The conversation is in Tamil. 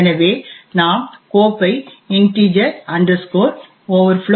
எனவே நாம் கோப்பை integer overflow